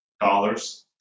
dollars